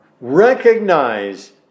recognize